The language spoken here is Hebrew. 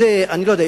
אני לא יודע,